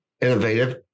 innovative